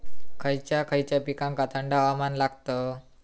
खय खयच्या पिकांका थंड हवामान लागतं?